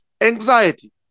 anxiety